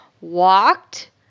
walked